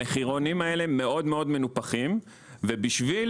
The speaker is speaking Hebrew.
המחירונים האלה מאוד מאוד מנופחים ובשביל